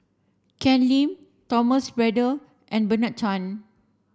Ken Lim Thomas Braddell and Bernard Tan